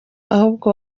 ahubwo